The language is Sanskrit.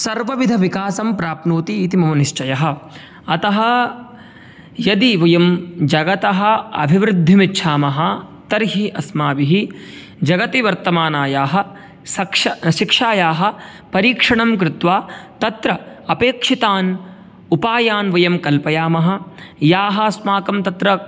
सर्वविधविकासं प्राप्नोति इति मम निश्चयः अतः यदि वयं जगतः अभिवृद्धिमिच्छामः तर्हि अस्माभिः जगति वर्तमानायाः सक्ष शिक्षायाः परीक्षणं कृत्वा तत्र अपेक्षितान् उपायान् वयं कल्पयामः याः अस्माकं तत्र